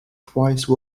twice